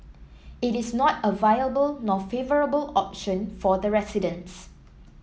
it is not a viable nor favourable option for the residents